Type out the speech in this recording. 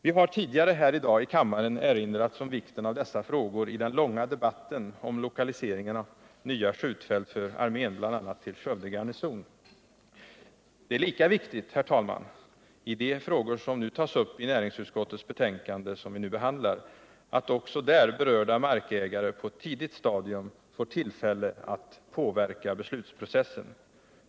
Vi har tidigare i dag här i kammaren erinrats om vikten av dessa frågor i den långa debatten om lokaliseringen av nya skjutfält för armén, bl.a. till Skövde garnison. Det är lika viktigt i de frågor som tas upp i det ngsutskottets betänkande som vi nu behandlar, att också där berörda markägare på ett tidigt stadium får tillfälle att påverka beslutsprocessen.